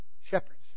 Shepherds